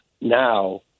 now